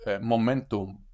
momentum